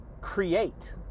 create